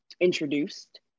introduced